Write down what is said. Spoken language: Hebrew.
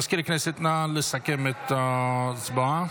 מזכיר הכנסת, נא לסכם את ההצבעה.